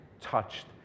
touched